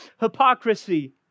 hypocrisy